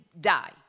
die